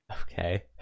Okay